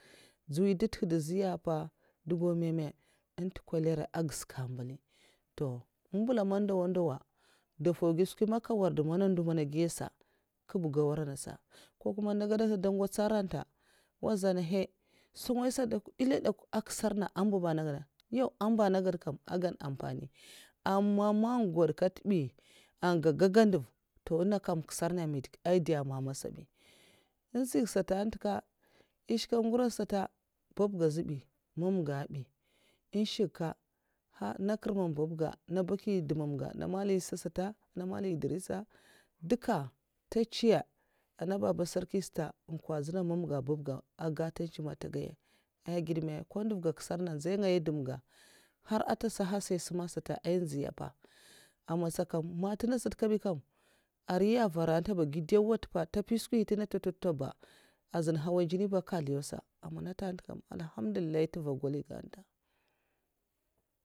Dzuwi da nt'hda zui'ya mpa, nubuwa meme nta kolara ah ges'ka mbali to mbula man ndawa ndawa da nfwu ged nskwi man nka nwarda mana ndo mana un giya sa'kwub gau aran nasa, ko kuma naga'dak dwo ngotsa aranta nwa zan nhey skwingay sat de'kwa ndela de'kwa ehn nkisarna ambu'ba naga'da, nyau amba nagade kam agan ampani ama man ngwod katbi an ga'gaga nduv to nenga kam un nkisarna um mwodep ai duo mama asabi en nzyi sata nte nka eh shka ngura sata babga azbay, mamga azbay, ehshig ka nha na kr'mam babga, na baki dhumamga, nda males sata, nda mala idrisa, duka nta ncu'nya nda baba sarki'n sata ehn kwadzina mamga ah babga ah gatanchi man nta gaya, eh ged ma nko nduvga nkisarna nzey ngaya ah dhumg nhar nta sa nhasay sima nsata ain'nziya pa ama matsa'a kam ma ntenga sat'kabi'bkam arai nya n'vara nta ba gidau'nwa ntepa nta mpyi skwi ntenga ntwo ntwo ntwo ba, azun nhawan jini'ba an nkaldiyaw'sa amana nte nte kam alhamndulil'llah; nteva goliga'n'nta.